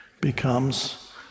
becomes